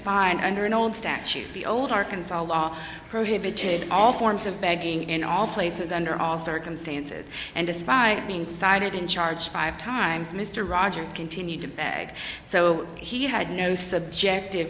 find under an old statute the old arkansas law prohibited all forms of begging in all places under all circumstances and despite being cited in charge five times mr rogers continued to bag so he had no subjective